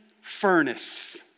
furnace